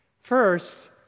First